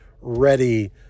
ready